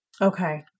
Okay